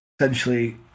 essentially